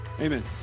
Amen